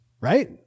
right